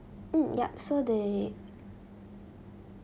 mm yup so they